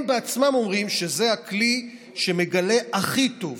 הם בעצמם אומרים שזה הכלי שמגלה הכי טוב.